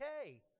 okay